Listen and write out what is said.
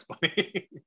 bunny